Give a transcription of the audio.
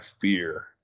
fear